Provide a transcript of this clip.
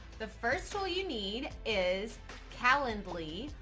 the first tool you need is calland lee,